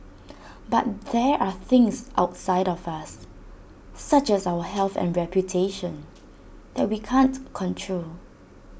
but there are things outside of us such as our health and reputation that we can't control